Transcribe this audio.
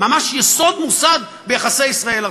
ממש יסוד מוצק ביחסי ישראל ארצות-הברית.